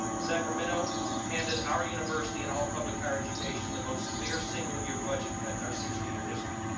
sacramento handed our university and all public higher education the most severe single-year budget cut in our sixty year history.